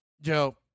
Joe